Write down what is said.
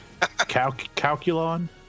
Calculon